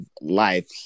life